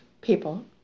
people